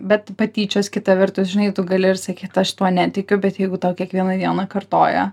bet patyčios kita vertus žinai tu gali ir sakyt aš tuo netikiu bet jeigu tau kiekvieną dieną kartoja